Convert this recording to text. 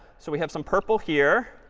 so we have some purple here.